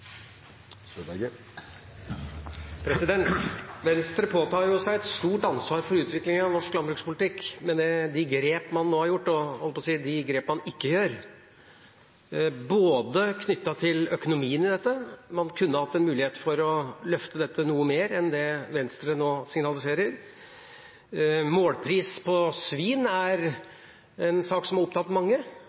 utviklingen av norsk landbrukspolitikk med de grep man nå har gjort, og – jeg holdt på å si – de grep man ikke gjør. Det gjelder økonomien i dette – man kunne hatt en mulighet til å løfte dette noe mer enn hva Venstre nå signaliserer. Målpris på svin er en sak som har opptatt mange,